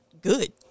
good